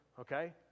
okay